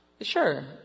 Sure